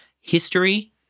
history